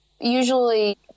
usually